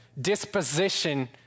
disposition